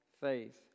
faith